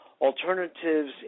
Alternatives